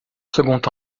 second